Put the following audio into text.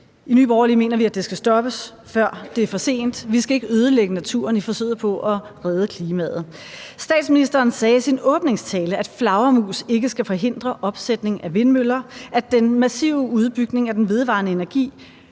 I Nye Borgerlige mener vi, at det skal stoppes, før det er for sent. Vi skal ikke ødelægge naturen i forsøget på at redde klimaet. Statsministeren sagde i sin åbningstale, at flagermus ikke skal forhindre opsætning af vindmøller, og at den massive udbygning af den vedvarende energi